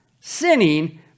Sinning